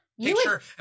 picture